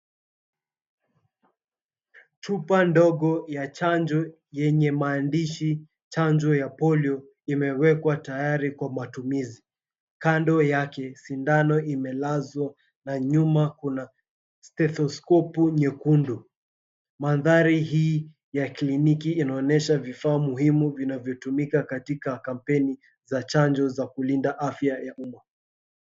Chupa ndogo ya chanjo yenye maandishi, "Chanjo ya Polio", imewekwa tayari kwa matumizi. Kando yake sindano imelazwa na nyuma kuna stethoscope nyekundu. Mandhari hii ya kliniki inaonesha vifaa muhimu vinavyotumika katika kampeni za chanjo za kulinda afya ya umma.